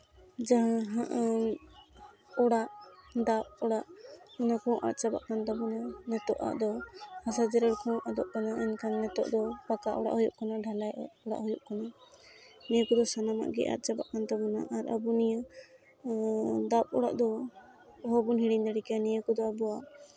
ᱡᱟᱦᱟᱸ ᱦᱟᱸᱜᱼᱚ ᱚᱲᱟᱜ ᱫᱟᱵ ᱚᱲᱟᱜ ᱤᱱᱟᱹ ᱠᱚᱦᱚᱸ ᱟᱫ ᱪᱟᱵᱟᱜ ᱠᱟᱱ ᱛᱟᱵᱳᱱᱟ ᱱᱤᱛᱚᱜ ᱟᱜ ᱫᱚ ᱟᱫᱚᱜ ᱠᱟᱱᱟ ᱮᱱᱠᱷᱟᱱ ᱱᱤᱛᱚᱜ ᱫᱚ ᱯᱟᱠᱟ ᱚᱲᱟᱜ ᱦᱩᱭᱩᱜ ᱠᱟᱱᱟ ᱰᱷᱟᱞᱟᱭ ᱚᱲᱟᱜ ᱦᱩᱭᱩᱜ ᱠᱟᱱᱟ ᱱᱤᱭᱟᱹ ᱠᱚᱫᱚ ᱥᱟᱱᱟᱢᱟᱜ ᱜᱮ ᱟᱫᱽ ᱪᱟᱵᱟᱜ ᱠᱟᱱ ᱛᱟᱵᱚᱱᱟ ᱟᱨ ᱟᱵᱚ ᱱᱤᱭᱟᱹ ᱫᱟᱵ ᱚᱲᱟᱜ ᱫᱚ ᱚᱦᱚ ᱵᱚᱱ ᱦᱤᱲᱤᱧ ᱫᱟᱲᱮ ᱠᱮᱭᱟ ᱱᱤᱭᱟᱹ ᱠᱚᱫᱚ ᱟᱵᱚᱣᱟᱜ